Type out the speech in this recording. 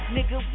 Nigga